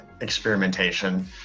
experimentation